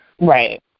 Right